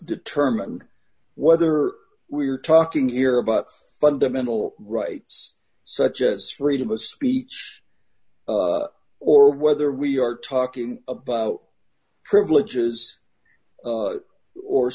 determine whether we are talking here about fundamental rights such as freedom of speech or whether we are talking about privileges or